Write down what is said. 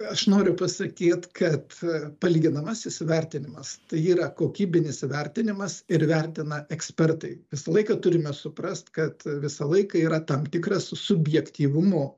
aš noriu pasakyt kad palyginamasis įvertinimas tai yra kokybinis įvertinimas ir įvertina ekspertai visą laiką turime suprast kad visą laiką yra tam tikras subjektyvumo